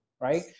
right